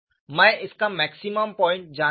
मैं इसका maximum point जान सकता हूं